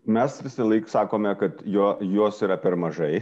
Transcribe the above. mes visąlaik sakome kad jo jos yra per mažai